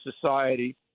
society